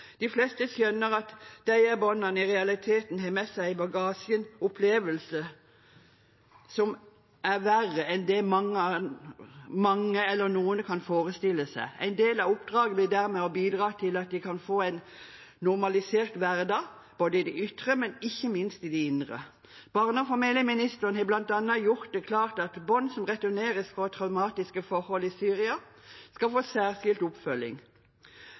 De fleste skjønner at disse barna i realiteten har med seg i bagasjen opplevelser som er verre enn det mange, eller noen, kan forestille seg. En del av oppdraget blir dermed å bidra til at de kan få en normalisert hverdag, både i det ytre og ikke minst i det indre. Barne- og familieministeren har bl.a. gjort det klart at barn som returneres fra traumatiske forhold i Syria, skal få særskilt oppfølging.